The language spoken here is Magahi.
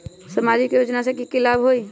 सामाजिक योजना से की की लाभ होई?